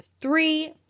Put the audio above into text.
three